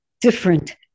different